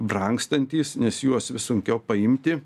brangstantys nes juos vis sunkiau paimti